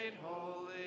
holy